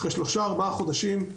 אחרי שלושה-ארבעה חודשים,